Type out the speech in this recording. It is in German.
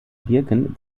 birken